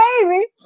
baby